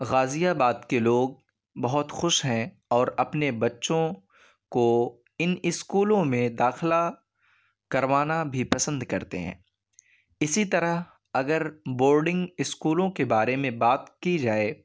غازی آباد کے لوگ بہت خوش ہیں اور اپنے بچّوں کو ان اسکولوں میں داخلہ کروانا بھی پسند کرتے ہیں اسی طرح اگر بورڈنگ اسکولوں کے بارے میں بات کی جائے